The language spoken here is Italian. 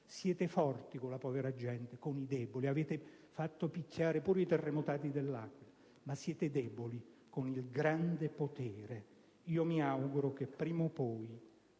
siete forti con la povera gente, con i deboli - avete fatto picchiare pure i terremotati dell'Aquila - ma siete deboli con il grande potere. Mi auguro che prima o poi